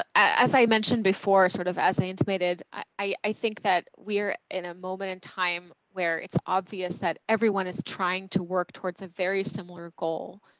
ah as i mentioned before, sort of as a intimated, i think that we're in a moment in time where it's obvious that everyone is trying to work towards a very similar goal.